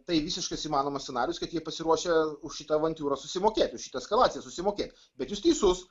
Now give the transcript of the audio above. tai visiškas įmanomas scenarijus kad jie pasiruošę už šitą avantiūrą susimokėti už šitą eskalaciją susimokėti bet jūs teisus